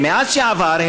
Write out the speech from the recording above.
ומאז שעבר,